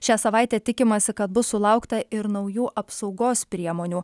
šią savaitę tikimasi kad bus sulaukta ir naujų apsaugos priemonių